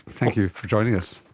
thank you for joining us.